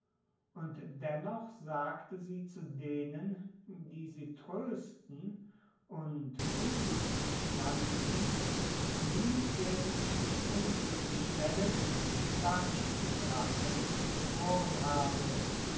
und dennoch sagte sie zu denen die sie trösten und unglücklich nannten nie werde ich mich unglücklich nennen da ich die gracchen geboren habe